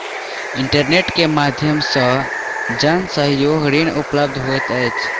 internet के माध्यम से जन सहयोग ऋण उपलब्ध होइत अछि